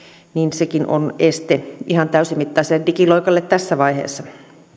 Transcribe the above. sekin on este ihan täysimittaiselle digiloikalle tässä vaiheessa